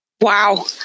Wow